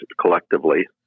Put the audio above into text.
collectively